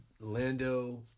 Lando